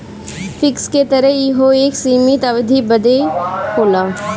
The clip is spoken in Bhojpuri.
फिक्स के तरह यहू एक सीमित अवधी बदे होला